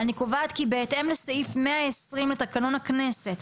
אני קובעת כי בהתאם לסעיף 120 לתקנון הכנסת,